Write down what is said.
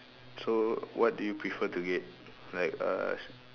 so what do you prefer to get like uh